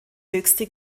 höchste